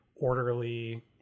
orderly